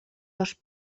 dos